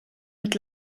mit